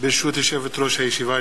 ברשות יושבת-ראש הישיבה,